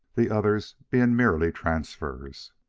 the others being merely transfers.